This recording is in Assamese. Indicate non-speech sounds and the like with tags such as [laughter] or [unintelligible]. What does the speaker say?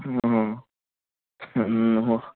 অ অ [unintelligible]